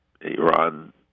Iran